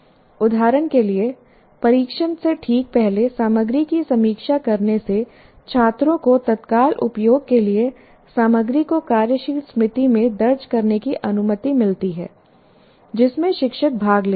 उदाहरण के लिए परीक्षण से ठीक पहले सामग्री की समीक्षा करने से छात्रों को तत्काल उपयोग के लिए सामग्री को कार्यशील स्मृति में दर्ज करने की अनुमति मिलती है जिसमें शिक्षक भाग लेते हैं